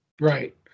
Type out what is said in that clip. Right